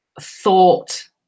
thought